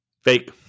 Fake